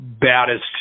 baddest